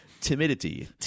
Timidity